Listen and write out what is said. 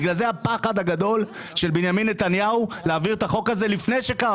לכן הפחד הגדול של בנימין נתניהו להעביר את החוק הזה לפני שקמה